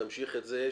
תמשיך את זה,